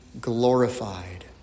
glorified